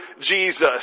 Jesus